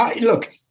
Look